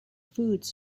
foods